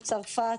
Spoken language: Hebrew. מצרפת,